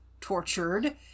tortured